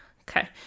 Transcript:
Okay